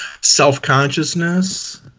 Self-consciousness